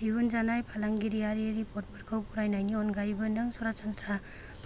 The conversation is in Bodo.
दिहुनजानाय फालांगियारि रिपर्टफोरखौ फरायनायनि अनगायैबो नों सरासनस्रा